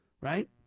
right